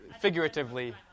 figuratively